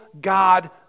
God